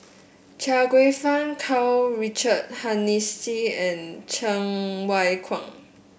Chia Kwek Fah Karl Richard Hanitsch and Cheng Wai Keung